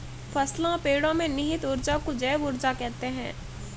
फसलों पेड़ो में निहित ऊर्जा को जैव ऊर्जा कहते हैं